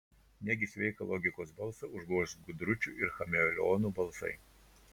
negi sveiką logikos balsą užgoš gudručių ir chameleonų balsai